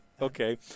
Okay